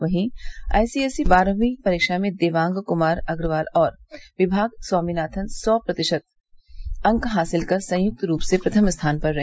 वहीं आईसीएसई परीक्षा में देवांग क्मार अग्रवाल और विभाग स्वामीनाथन सौ प्रतिशत प्रतिशत अंक हासिल कर संयुक्त रूप से प्रथम स्थान पर रहे